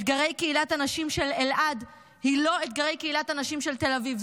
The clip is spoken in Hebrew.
אתגרי קהילת הנשים של אלעד הם לא אתגרי קהילת הנשים של תל אביב.